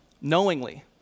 knowingly